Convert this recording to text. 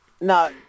no